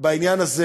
בעניין הזה